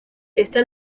esta